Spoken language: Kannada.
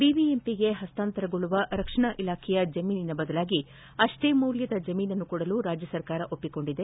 ಬಿಬಿಎಂಪಿಗೆ ಹಸ್ತಾಂತರಗೊಳ್ಳುವ ರಕ್ಷಣಾ ಇಲಾಖೆಯ ಜಮೀನಿನ ಬದಲಾಗಿ ಅಷ್ಷೇ ಮೌಲ್ಯದ ಜಮೀನನ್ನು ಕೊಡಲು ರಾಜ್ಯ ಸರ್ಕಾರ ಒಪ್ಪಿಕೊಂಡಿದೆ